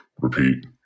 repeat